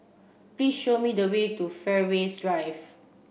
please show me the way to Fairways Drive